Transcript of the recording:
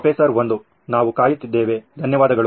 professor 1 ನಾವು ಕಾಯುತ್ತಿದ್ದೇವೆ ಧನ್ಯವಾದಗಳು